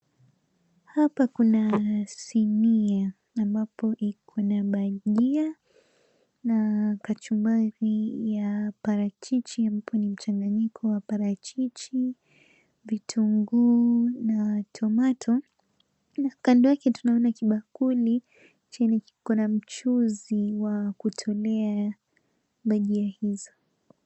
Hapa kuna sinia ambapo iko na bajia na kachumbari ya barachichi ambao ni mchanganyiko wa parachichi, vitunguu na tomato . Kando yake tunaona kibakuli chenye kiko na mchuzi wa kutunia bajia hizo.